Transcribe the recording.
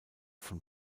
von